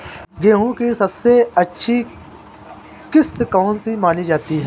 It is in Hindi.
गेहूँ की सबसे अच्छी किश्त कौन सी मानी जाती है?